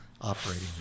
operating